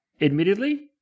admittedly